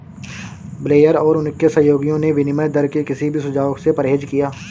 Blair और उनके सहयोगियों ने विनिमय दर के किसी भी सुझाव से परहेज किया